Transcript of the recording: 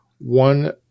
one